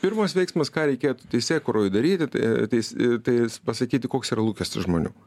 pirmas veiksmas ką reikėtų teisėkūroj daryti tai ateis tai pasakyti koks yra lūkestis žmonių